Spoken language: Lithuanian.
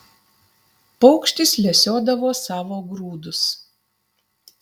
paukštis lesiodavo savo grūdus